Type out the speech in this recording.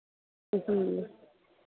जी